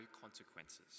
consequences